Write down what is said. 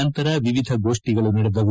ನಂತರ ವಿವಿಧ ಗೋಷ್ಠಿಗಳು ನಡೆದವು